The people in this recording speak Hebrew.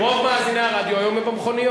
כי רוב מאזיני הרדיו היום הם במכוניות.